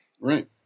Right